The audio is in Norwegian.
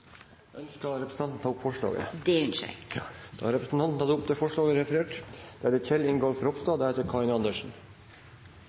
Ønsker representanten å ta opp forslaget? Det ønskjer eg. Representanten Lene Vågslid har tatt opp det forslaget hun refererte til. Dette er